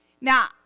Now